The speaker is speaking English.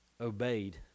obeyed